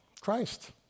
Christ